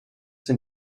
sind